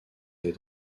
des